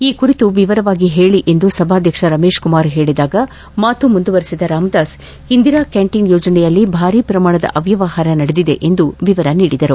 ಈ ಕುರಿತು ವಿವರವಾಗಿ ಹೇಳಿ ಎಂದು ಸಭಾಧ್ಯಕ್ಷ ರಮೇಶ್ ಕುಮಾರ್ ಹೇಳಿದಾಗ ಮಾತು ಮುಂದುವರಿಸಿದ ರಾಮದಾಸ್ ಇಂದಿರಾ ಕ್ಯಾಂಟೀನ್ ಯೋಜನೆಯಲ್ಲಿ ಭಾರೀ ಪ್ರಮಾಣದ ಅವ್ಯವಹಾರ ನಡೆದಿದೆ ಎಂದು ವಿವರ ನೀಡಿದರು